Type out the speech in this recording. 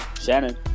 Shannon